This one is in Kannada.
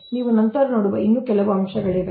ನೀವು ನಂತರ ನೋಡುವ ಇನ್ನೂ ಕೆಲವು ಅಂಶಗಳಿವೆ